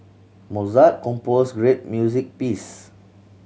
Mozart composed great music piece